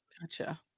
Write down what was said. gotcha